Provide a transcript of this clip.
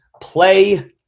play